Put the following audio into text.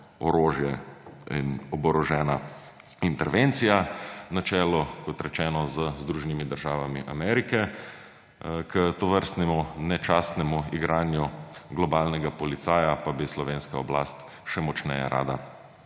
orožje in oborožena intervencija na čelu, kot rečeno, z Združenimi državami Amerike, k tovrstnemu nečastnemu igranju globalnega policaja pa bi slovenska oblast še močneje rada